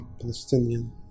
Palestinian